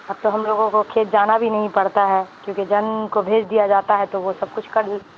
اب تو ہم لوگوں کو کھیت جانا بھی نہیں پڑتا ہے کیونکہ جن اون کو بھیج دیا جاتا ہے تو وہ سب کچھ کر